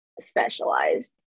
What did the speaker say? specialized